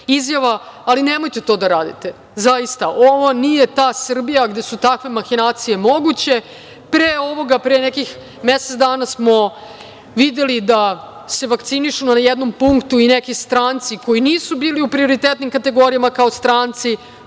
ali nemojte to da radite. Ovo nije ta Srbija gde takve mahinacije moguće. Pre nekih mesec dana smo videli da se vakcinišu na jednom punktu i neki stranci koji nisu bili u prioritetnim kategorijama kao stranci.